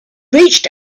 reached